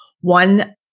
one